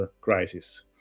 crisis